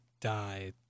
die